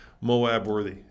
Moab-worthy